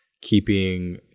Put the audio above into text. keeping